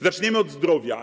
Zaczniemy od zdrowia.